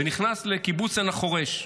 ונכנס לקיבוץ עין החורש.